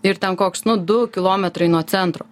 ir ten koks nu du kilometrai nuo centro